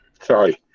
Sorry